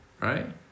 right